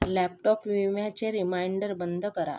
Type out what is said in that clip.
laptop विम्याचे reminder बंद करा